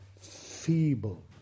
feeble